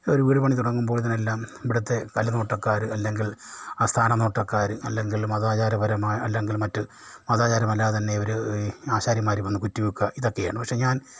ഒരു വീട് പണി തുടങ്ങുമ്പോൾ ഇതിനെല്ലാം ഇവിടത്തെ ഫല നോട്ടക്കാർ അല്ലെങ്കിൽ ആസ്ഥാന നോട്ടക്കാർ അല്ലെങ്കിൽ മതാചാരപരമായ അല്ലെങ്കിൽ മറ്റ് മതാചാരമല്ലാതെ തന്നെ ഇവർ ഈ ആശാരിമാർ വന്നു കുറ്റി വയ്ക്കുക ഇതൊക്കെയാണ് പക്ഷെ ഞാൻ